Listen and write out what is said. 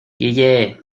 guille